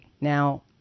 Now